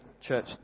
church